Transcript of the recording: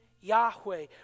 Yahweh